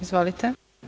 Izvolite.